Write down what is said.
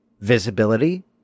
Visibility